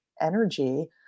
energy